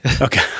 Okay